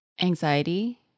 anxiety